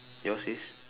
yours is